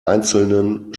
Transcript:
einzelnen